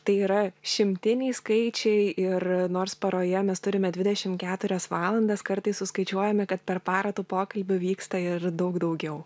tai yra šimtiniai skaičiai ir nors paroje mes turime dvidešim keturias valandas kartais suskaičiuojame kad per parą tų pokalbių vyksta ir daug daugiau